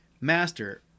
Master